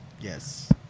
Yes